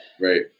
right